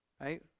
right